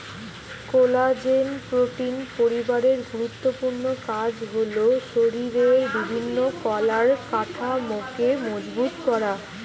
collagen protein পরিবারের গুরুত্বপূর্ণ কাজ হল শরিরের বিভিন্ন কলার কাঠামোকে মজবুত করা